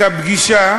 הפגישה,